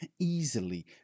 easily